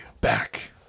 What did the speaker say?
back